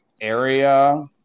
area